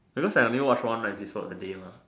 because I only watch one episode a day mah